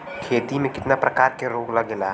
खेती में कितना प्रकार के रोग लगेला?